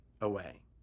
away